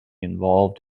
involved